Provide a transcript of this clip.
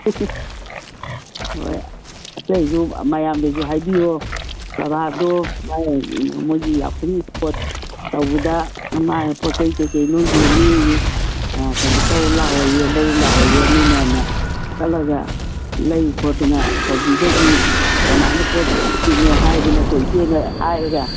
ꯍꯣꯏ ꯑꯇꯩꯁꯨ ꯃꯌꯥꯝꯗꯁꯨ ꯍꯥꯏꯕꯤꯌꯣ ꯄ꯭ꯔꯕꯥꯗꯣ ꯃꯥꯅ ꯃꯣꯏꯒꯤ ꯌꯥꯎꯁꯪ ꯏꯁꯄꯣꯔꯠ ꯇꯧꯕꯗ ꯃꯥꯏ ꯄꯣꯠ ꯆꯩ ꯀꯔꯤ ꯀꯔꯤꯅꯣ ꯌꯣꯟꯅꯦꯌꯦ ꯀꯩꯅꯣ ꯇꯧꯔꯨ ꯂꯥꯛꯑꯣꯌꯦ ꯂꯩꯔꯨ ꯂꯥꯛꯑꯣꯌꯦ ꯅꯣꯏ ꯃꯌꯥꯝꯅ ꯆꯠꯂꯒ ꯂꯩ ꯈꯣꯠꯇꯅ ꯇꯧꯕꯤꯗ꯭ꯔꯗꯤ ꯀꯃꯥꯏꯅ ꯄꯣꯠ ꯁꯤꯠꯇꯣꯏꯅꯣ ꯍꯥꯏꯗꯅꯀꯣ ꯏꯆꯦꯅ ꯍꯥꯏꯔꯒ